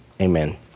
Amen